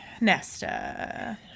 Nesta